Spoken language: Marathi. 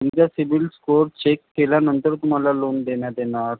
तुमचा सीबील स्कोर चेक केल्यानंतर तुम्हाला लोन देण्यात येणार